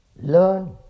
learn